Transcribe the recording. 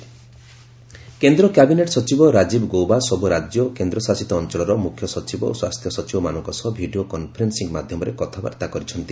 cabinet secretary meeting କେନ୍ଦ୍ର cabinet ସଚିବ ରାଜୀବ ଗୌବା ସବୁ ରାଜ୍ୟ ଓ କେନ୍ଦ୍ରଶାସିତ ଅଞ୍ଚଳର ମୁଖ୍ୟ ସଚିବ ଓ ସ୍ୱାସ୍ଥ୍ୟ ସଚିବମାନଙ୍କ ସହ ଭିଡ଼ିଓ କନଫରେନ୍ଦିଂ ମାଧ୍ୟମରେ କଥାବାର୍ତ୍ତା କରିଛନ୍ତି